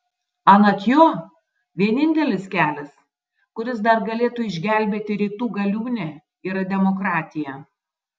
anot jo vienintelis kelias kuris dar galėtų išgelbėti rytų galiūnę yra demokratija